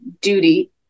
duty